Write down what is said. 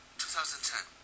2010